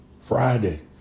Friday